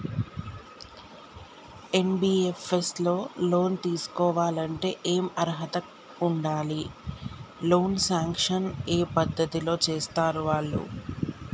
NBFS లో loan తీస్కోవాలంటే ఏం అర్హత ఉండాలి? లోన్ సాంక్షన్ ఏ పద్ధతి లో చేస్తరు వాళ్లు?